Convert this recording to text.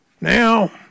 Now